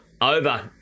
over